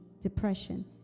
depression